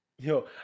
Yo